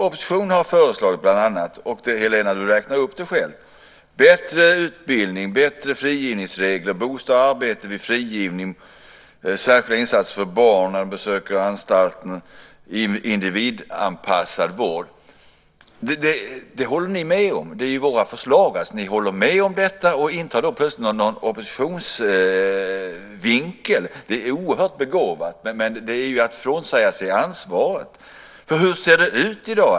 Oppositionen har bland annat föreslagit - Helena räknade upp det själv - bättre utbildning, bättre frigivningsregler, bostad och arbete vid frigivning, särskilda insatser för barn när de besöker anstalten och individanpassad vård. Det håller ni med om. Det är våra förslag, och ni håller med om dem och intar plötsligt något slags oppositionsvinkel. Det är oerhört begåvat, men det är att frånsäga sig ansvaret. Hur ser det ut i dag?